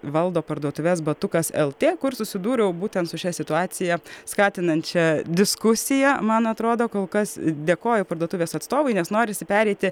valdo parduotuves batukas el tė kur susidūriau būtent su šia situacija skatinančia diskusiją man atrodo kol kas dėkoju parduotuvės atstovui nes norisi pereiti